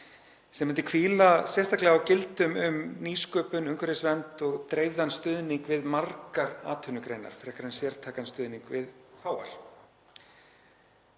sem myndi hvíla sérstaklega á gildum um nýsköpun, umhverfisvernd og dreifðan stuðning við margar atvinnugreinar frekar en sértækan stuðning við fáar.